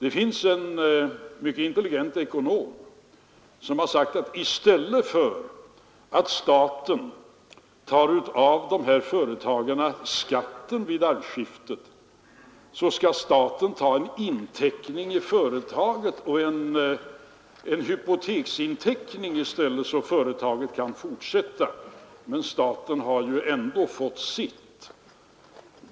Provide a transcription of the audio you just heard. En mycket intelligent ekonom har sagt att i stället för att staten tar av de här företagarna skatten vid arvsskiftet skall staten ta en hypoteksinteckning i företaget, så att företaget kan fortsätta och staten ändå har fått sitt.